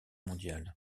mondiale